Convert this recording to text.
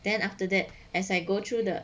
then after that as I go through the